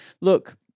look